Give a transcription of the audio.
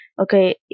Okay